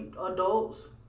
adults